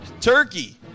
turkey